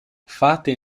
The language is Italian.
fate